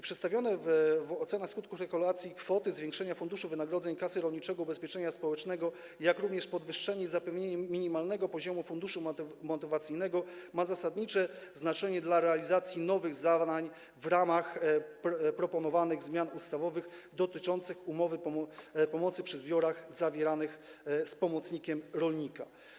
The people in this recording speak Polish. Przedstawienie w ocenie skutków regulacji kwoty zwiększenia funduszu wynagrodzeń Kasy Rolniczego Ubezpieczenia Społecznego, jak również podwyższenie i zapewnienie minimalnego poziomu funduszu motywacyjnego ma zasadnicze znaczenie dla realizacji nowych zadań w ramach proponowanych zmian ustawowych dotyczących umów o pomoc przy zbiorach zawieranych z pomocnikiem rolnika.